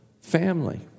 family